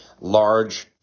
large